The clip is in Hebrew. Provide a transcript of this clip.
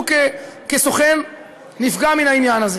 הוא כסוכן נפגע מן העניין הזה.